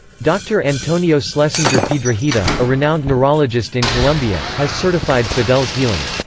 dr. antonio schlesinger piedrahita a renowned neurologist in colombia, has certified fidel's healing.